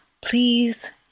please